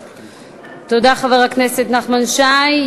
תודה, חבר הכנסת נחמן שי.